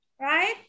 right